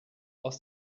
aus